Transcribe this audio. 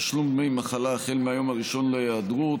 תשלום דמי מחלה החל מהיום הראשון להיעדרות),